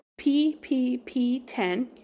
PPP10